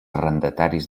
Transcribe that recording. arrendataris